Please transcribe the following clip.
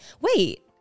wait